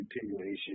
continuation